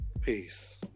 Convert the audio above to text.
Peace